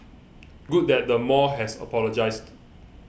good that the mall has apologised